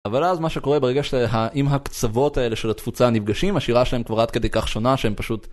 אבל אז מה שקורה ברגע של... עם הקצוות האלה של התפוצה נפגשים, השירה שלהם כבר עד כדי כך שונה שהן פשוט...